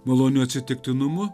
maloniu atsitiktinumu